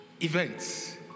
Events